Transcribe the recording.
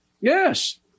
yes